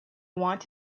want